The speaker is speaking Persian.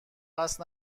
قصد